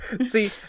see